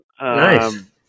Nice